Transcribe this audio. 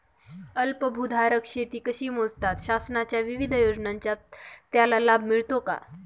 अल्पभूधारक शेती कशी मोजतात? शासनाच्या विविध योजनांचा त्याला लाभ मिळतो का?